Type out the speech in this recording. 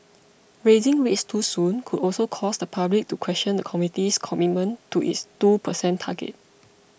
raising rates too soon could also cause the public to question the committee's commitment to its two percent target